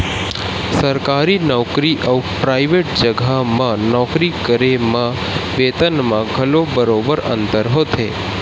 सरकारी नउकरी अउ पराइवेट जघा म नौकरी करे म बेतन म घलो बरोबर अंतर होथे